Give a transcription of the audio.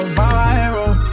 viral